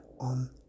on